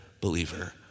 believer